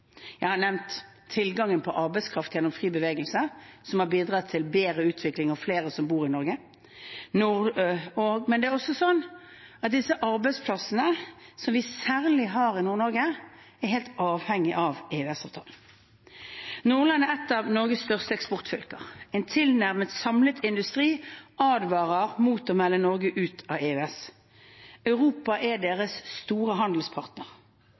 Jeg har nevnt tilgangen på arbeidskraft gjennom fri bevegelse, som har bidratt til bedre utvikling og at det er flere som bor i Norge. Men det er også slik at disse arbeidsplassene, som vi særlig har i Nord-Norge, er helt avhengige av EØS-avtalen. Nordland er et av Norges største eksportfylker. En tilnærmet samlet industri advarer mot å melde Norge ut av EØS. Europa er deres store